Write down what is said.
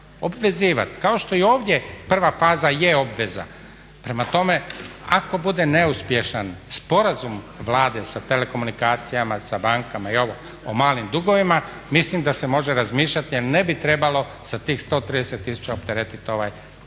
obvezivati. Kao što i ovdje prva faza je obveza. Prema tome, ako bude neuspješan sporazum Vlade sa telekomunikacijama, sa bankama i …/Govornik se ne razumije./… o malim dugovima mislim da se može razmišljati a ne bi trebalo sa tih 130 tisuća opteretiti ovaj zakon